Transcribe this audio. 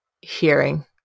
hearing